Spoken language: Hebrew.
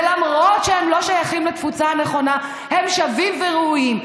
ולמרות שהם לא שייכים לתפוצה הנכונה הם שווים וראויים?